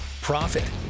profit